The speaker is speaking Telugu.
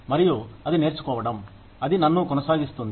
మరియు అది నేర్చుకోవడం అది నన్ను కొనసాగిస్తుంది